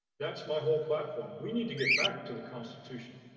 that's my whole platform. we need to get back to the constitution,